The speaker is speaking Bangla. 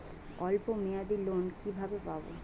অল্প মেয়াদি লোন কিভাবে পাব?